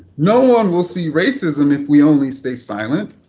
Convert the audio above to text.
no one will see racism if we only stay silent.